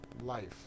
life